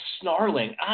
snarling